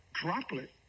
droplet